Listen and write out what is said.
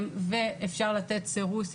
אפשר לתת סירוס אימונולוגי,